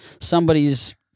somebody's